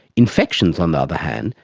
infections, on the other hand,